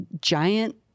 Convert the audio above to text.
giant